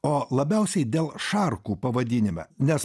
o labiausiai dėl šarkų pavadinime nes